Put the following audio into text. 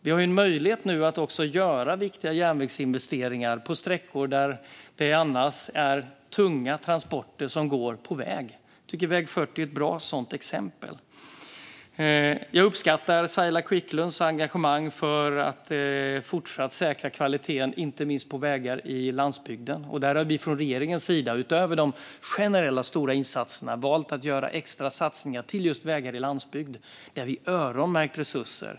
Vi har nu en möjlighet att också göra viktiga järnvägsinvesteringar på sträckor där tunga transporter annars går på väg. Jag tycker att väg 40 är ett bra sådant exempel. Jag uppskattar Saila Quicklunds engagemang för att man fortsatt ska säkra vägars kvalitet inte minst på landsbygden. Vi har från regeringens sida valt att, utöver de generella stora insatserna, göra extra satsningar på just vägar på landsbygden. Vi har öronmärkt resurser.